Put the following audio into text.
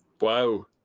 wow